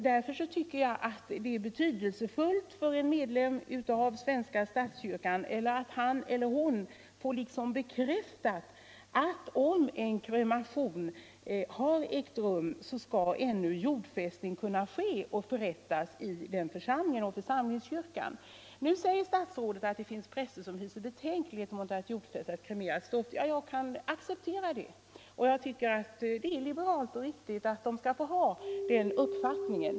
Därför tycker jag att det är betydelsefullt att en medlem av svenska statskyrkan kan få bekräftat att om en kremering har ägt rum, så skall likväl jordfästning kunna förrättas i den avlidnes församlingskyrka. Nu säger statsrådet att det finns präster som hyser betänkligheter mot att jordfästa ett kremerat stoft. Jag kan acceptera det, och jag tycker att det är liberalt och riktigt att dessa präster får ha sin uppfattning.